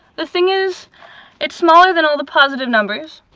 the thing is it's smaller than all the positive numbers,